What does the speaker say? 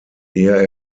ehe